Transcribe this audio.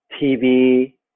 TV